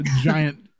giant